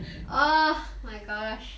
oh my gosh